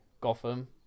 Gotham